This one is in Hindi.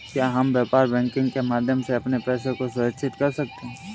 क्या हम व्यापार बैंकिंग के माध्यम से अपने पैसे को सुरक्षित कर सकते हैं?